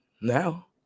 Now